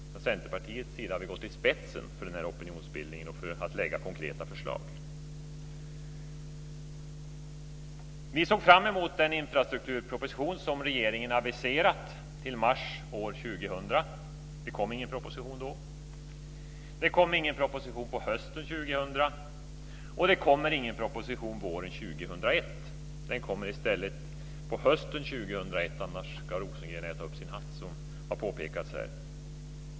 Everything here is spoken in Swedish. Från Centerpartiets sida har vi gått i spetsen för den här opinionsbildningen och för att lägga fram konkreta förslag. Vi såg fram emot den infrastrukturproposition som regeringen aviserat till mars år 2000. Det kom ingen proposition då. Det kom ingen proposition hösten 2000, och det kommer ingen proposition våren 2001. Den kommer i stället hösten 2001 - annars ska Rosengren äta upp sin hatt, såsom har påpekats här.